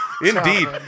Indeed